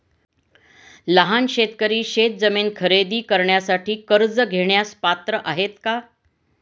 लहान शेतकरी शेतजमीन खरेदी करण्यासाठी कर्ज घेण्यास पात्र आहेत का?